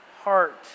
heart